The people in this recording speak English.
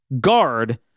guard